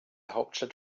hauptstadt